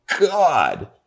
God